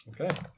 Okay